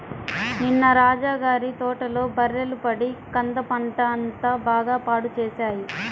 నిన్న రాజా గారి తోటలో బర్రెలు పడి కంద పంట అంతా బాగా పాడు చేశాయి